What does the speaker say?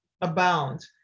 abound